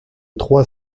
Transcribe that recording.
trois